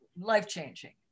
life-changing